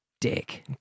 Dick